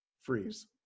freeze